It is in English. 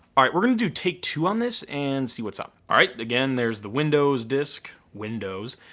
alright, we're gonna do take two on this and see what's up, alright? again, there's the windows disc. windows.